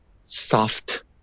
soft